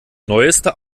neueste